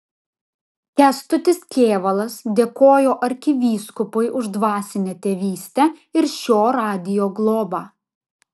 kęstutis kėvalas dėkojo arkivyskupui už dvasinę tėvystę ir šio radijo globą